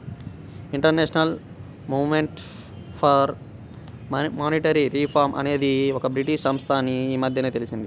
international movement for monetary reform అనేది ఒక British సంస్థ అని ఈ మధ్యనే తెలిసింది